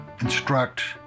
instruct